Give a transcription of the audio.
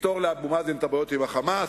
ויפתור לאבו מאזן את הבעיות עם ה"חמאס",